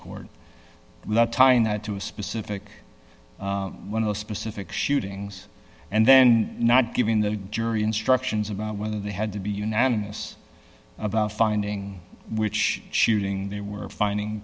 that to a specific one of the specific shootings and then not giving the jury instructions about whether they had to be unanimous about finding which shooting they were finding